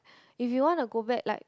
if you want to go back like